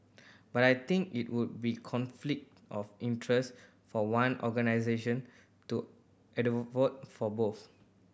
but I think it would be conflict of interest for one organisation to for both